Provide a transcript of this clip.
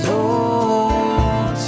old